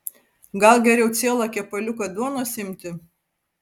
gal geriau cielą kepaliuką duonos imti